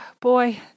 boy